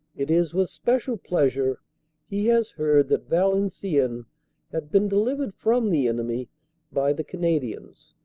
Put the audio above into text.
it is with special pleasure he has heard that valenciennes had been delivered from the enemy by the canadians.